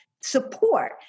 support